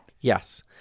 Yes